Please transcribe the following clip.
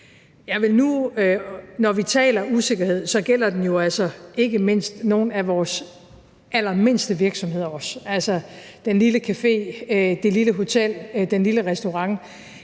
Når vi taler om usikkerhed, gælder den jo altså ikke mindst nogle af vores allermindste virksomheder, altså den lille café, det lille hotel, den lille restaurant,